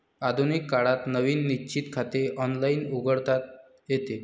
आधुनिक काळात नवीन निश्चित खाते ऑनलाइन उघडता येते